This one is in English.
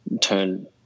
turn